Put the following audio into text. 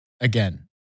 Again